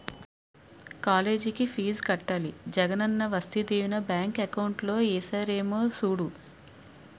కాలేజికి ఫీజు కట్టాలి Jagananna Vasathi Deevena bank account లో ఏసారేమో సూడు